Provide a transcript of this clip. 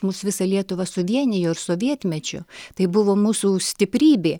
mus visą lietuvą suvienijo ir sovietmečiu tai buvo mūsų stiprybė